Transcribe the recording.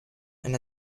and